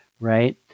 right